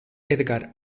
edgar